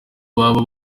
baba